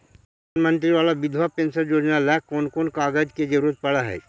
प्रधानमंत्री बाला बिधवा पेंसन योजना ल कोन कोन कागज के जरुरत पड़ है?